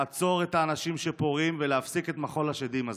לעצור את האנשים שפורעים ולהפסיק את מחול השדים הזה.